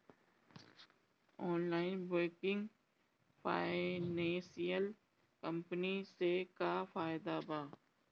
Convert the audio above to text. Non banking financial company से का फायदा बा?